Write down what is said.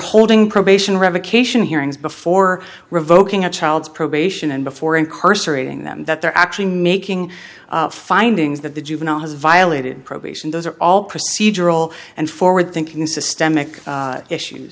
holding probation revocation hearings before revoking a child's probation and before incarcerating them that they're actually making findings that the juvenile has violated probation those are all procedural and forward thinking systemic issues